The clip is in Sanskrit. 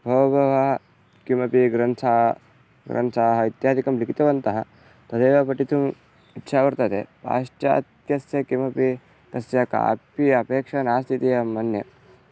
बहवः किमपि ग्रन्थाः ग्रन्थाः इत्यादिकं लिखितवन्तः तदेव पठितुम् इच्छा वर्तते पाश्चात्यस्य किमपि तस्य कापि अपेक्षा नास्ति इति अहं मन्ये